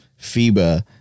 FIBA